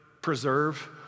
Preserve